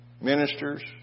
ministers